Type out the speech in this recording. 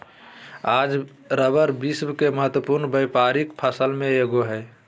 आज रबर विश्व के महत्वपूर्ण व्यावसायिक फसल में एगो हइ